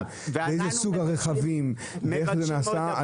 איזה סוג רכבים ואיך זה נעשה,